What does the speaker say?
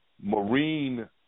marine